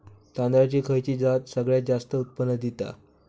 तांदळाची खयची जात सगळयात जास्त उत्पन्न दिता?